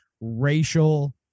racial